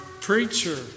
preacher